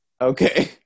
Okay